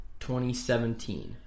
2017